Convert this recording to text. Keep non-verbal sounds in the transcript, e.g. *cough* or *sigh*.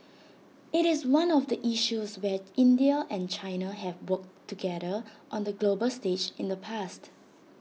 *noise* IT is one of the issues where India and China have worked together on the global stage in the past